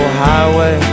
highway